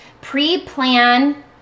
Pre-plan